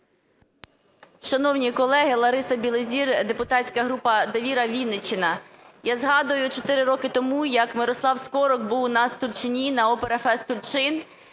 Шановні колеги, Лариса Білозір, депутатська група "Довіра", Вінниччина. Я згадую чотири роки тому як Мирослав Скорик був у нас в Тульчині на "ОпераФест Тульчин".